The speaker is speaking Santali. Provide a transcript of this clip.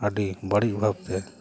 ᱟᱹᱰᱤ ᱵᱟᱹᱲᱤᱡ ᱵᱷᱟᱵᱽ ᱛᱮ